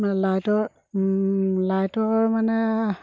লাইটৰ লাইটৰ মানে